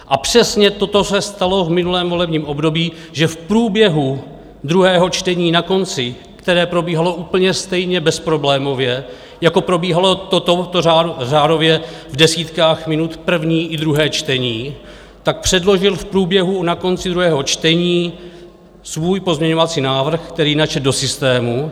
A přesně toto se stalo v minulém volebním období, že v průběhu druhého čtení na konci, které probíhalo úplně stejně bezproblémově, jako probíhalo toto řádově v desítkách minut první i druhé čtení, tak předložil v průběhu, na konci druhého čtení svůj pozměňovací návrh, který načetl do systému.